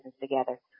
together